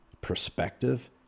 perspective